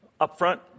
upfront